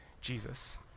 Jesus